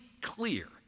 clear